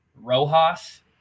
Rojas